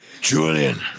Julian